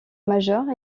majeure